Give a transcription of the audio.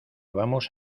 vamos